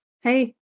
hey